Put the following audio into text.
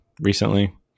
recently